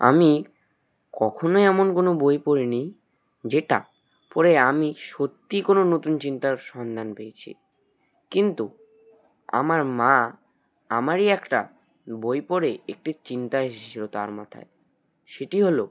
আমি কখনো এমন কোনো বই পড়িনিই যেটা পড়ে আমি সত্যিই কোনো নতুন চিন্তার সন্ধান পেয়েছি কিন্তু আমার মা আমারই একটা বই পড়ে একটি চিন্তা এসেছিলো তার মাথায় সেটি হলো